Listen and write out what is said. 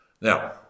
Now